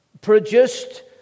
produced